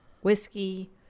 whiskey